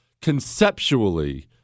Conceptually